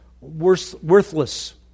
worthless